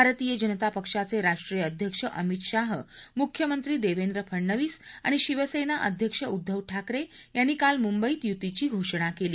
भारतीय जनता पक्षाचे राष्ट्रीय अध्यक्ष अमित शाह मुख्यमंत्री देवेंद्र फडनवीस आणि शिवसेना अध्यक्ष उद्घव ठाकरे यांनी काल मुंबईत युतीची घोषणा केली